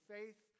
Faith